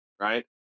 right